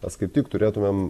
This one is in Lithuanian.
mes kaip tik turėtumėm